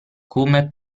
come